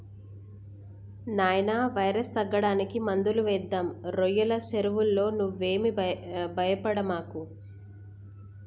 నాయినా వైరస్ తగ్గడానికి మందులు వేద్దాం రోయ్యల సెరువులో నువ్వేమీ భయపడమాకు